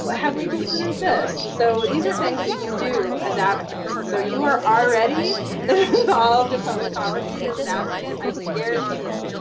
but have we considered this? and so these are things that you do as advocates, and so you are already involved in public policy as an advocate. i guarantee it.